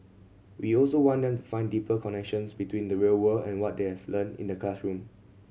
we also want them find deeper connections between the real world and what they have learn in the classroom